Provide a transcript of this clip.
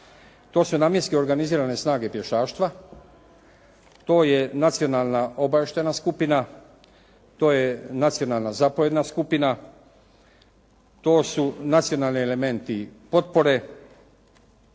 To su namjenske organizirane snage pješaštva, to je nacionalna obavještajna skupina, to je nacionalna zapovjedna skupina, to su nacionalni elementi potpore,